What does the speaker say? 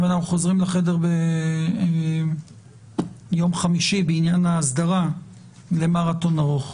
ונחזור לחדר ביום חמישי בעניין האסדרה למרתון ארוך.